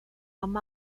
amb